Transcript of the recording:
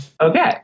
Okay